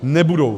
Nebudou.